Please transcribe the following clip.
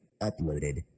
uploaded